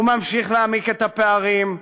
הוא ממשיך להעמיק את הפערים,